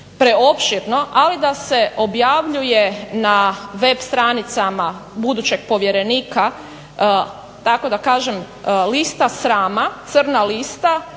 preopširno, ali da se objavljuje na web stranicama budućeg povjerenika tako da kažem lista srama, crna lista